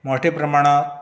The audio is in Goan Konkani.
मोठे प्रमाणांत